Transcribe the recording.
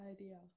idea